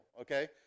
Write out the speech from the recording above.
okay